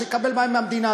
שיקבל מים מהמדינה.